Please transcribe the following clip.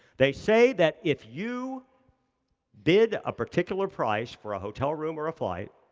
they say that if you bid a particular price for a hotel room or a flight,